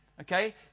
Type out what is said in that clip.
Okay